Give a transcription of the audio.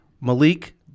Malik